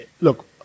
look